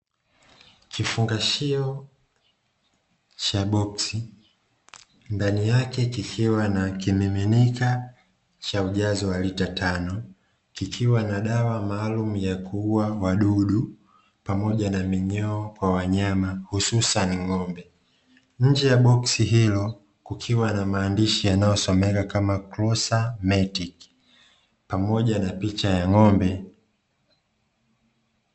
Kifungashio cha Boksi ndani yake kikiwa na kimiminika cha ujazo wa lita tano, kikiwa na dawa maalumu ya kuua wadudu pamoja na minyoo kwa wanyama hususani ng'ombe. Nje ya boksi hilo kukiwa na maandishi yanayo someka kama 'krusametiki' pamoja na picha ya Ng'ombe.